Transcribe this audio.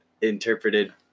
interpreted